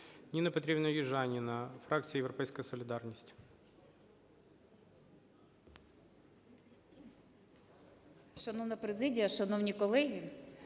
Ніна Петрівна Южаніна, фракція "Європейська солідарність".